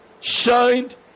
shined